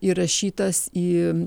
įrašytas į